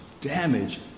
damage